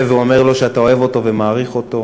ואומר לו שאתה אוהב אותו ומעריך אותו,